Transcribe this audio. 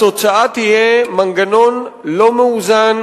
התוצאה תהיה מנגנון לא מאוזן,